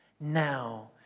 now